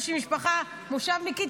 יש לי משפחה מושבניקית,